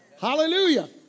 Hallelujah